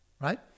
Right